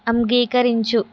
అంగీకరించు